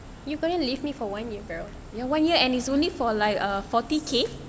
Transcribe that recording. you gonna leave me for one year girl